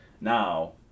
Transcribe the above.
Now